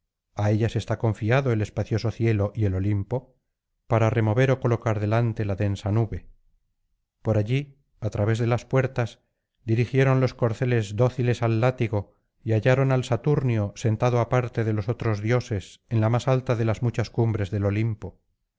á ellas está confiado el espacioso cielo y el olimpo para remover ó colocar delante la densa nube por allí á través de las puertas dirigieron los corceles dóciles al látigo y hallaron al saturnio sentado aparte de los otros dioses en la más alta de las muchas cumbres del olimpo